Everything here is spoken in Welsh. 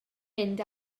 mynd